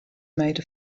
made